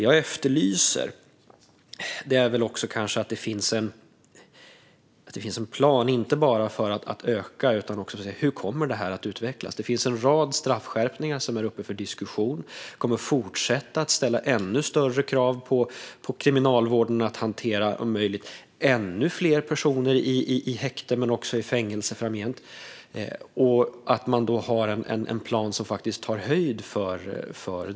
Jag efterlyser dock att det också ska finnas en plan för att inte bara öka platserna utan också för hur detta kommer att utvecklas. En rad straffskärpningar är uppe för diskussion. Detta kommer att fortsätta att ställa ännu större krav på Kriminalvården att hantera om möjligt ännu fler personer i häkte och fängelse framgent. Då behövs en plan som tar höjd för detta.